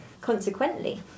Consequently